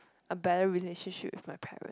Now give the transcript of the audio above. a better relationship with my parent